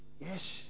Yes